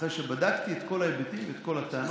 אחרי שבדקתי את כל ההיבטים ואת כל הטענות,